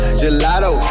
gelato